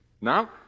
Now